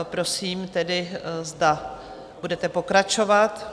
Prosím tedy, zda budete pokračovat?